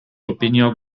opinia